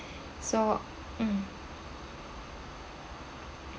so mm